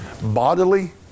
bodily